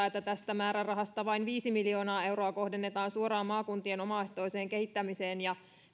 että tästä määrärahasta vain viisi miljoonaa euroa kohdennetaan suoraan maakuntien omaehtoiseen kehittämiseen ja